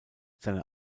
seine